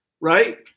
right